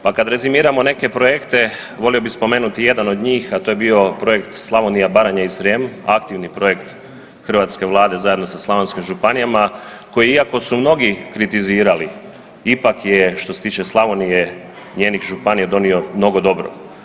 Pa kad rezimiramo neke projekte, volio bih spomenuti jedan od njih, a to je bio projekt Slavonija, Baranja i Srijem, aktivni projekt hrvatske Vlade zajedno sa slavonskim županijama koje, iako su mnogi kritizirali, ipak je, što se tiče Slavonije i njenih županija donio mnogo dobrog.